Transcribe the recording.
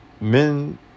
men